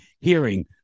hearing